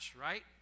right